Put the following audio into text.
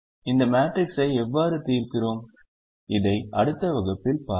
இந்த மேட்ரிக்ஸை எவ்வாறு தீர்க்கிறோம் இதை அடுத்த வகுப்பில் பார்ப்போம்